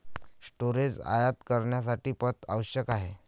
storage आयात करण्यासाठी पथ आवश्यक आहे